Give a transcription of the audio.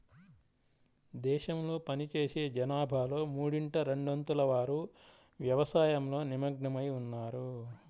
దేశంలో పనిచేసే జనాభాలో మూడింట రెండొంతుల వారు వ్యవసాయంలో నిమగ్నమై ఉన్నారు